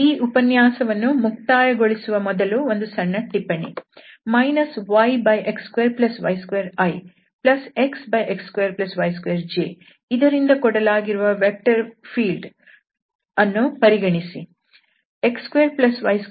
ಈ ಉಪನ್ಯಾಸವನ್ನು ಮುಕ್ತಾಯಗೊಳಿಸುವ ಮೊದಲು ಒಂದು ಸಣ್ಣ ಟಿಪ್ಪಣಿ yx2y2ixx2y2j ಇದರಿಂದ ಕೊಡಲಾಗಿರುವ ವೆಕ್ಟರ್ ಫೀಲ್ಡ್ ಅನ್ನು ಪರಿಗಣಿಸಿ